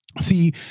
see